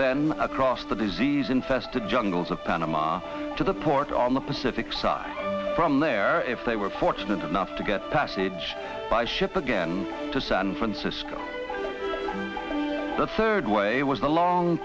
then across the disease infested jungles of panama to the port on the pacific side from there if they were fortunate enough to get passage by ship again to san francisco the third way was a long